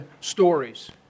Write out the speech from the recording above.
stories